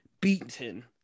beaten